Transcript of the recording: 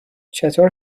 چطور